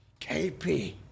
KP